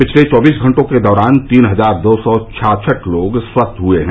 पिछले चौबीस घंटों के दौरान तीन हजार दो सौ छियासठ लोग स्वस्थ हुए हैं